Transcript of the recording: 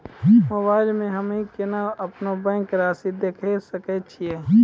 Mobile मे हम्मय केना अपनो बैंक रासि देखय सकय छियै?